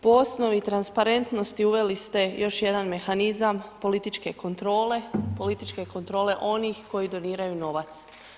Po osnovi transparentnosti uveli ste još jedan mehanizam političke kontrole, političke kontrole onih koji doniraju novac.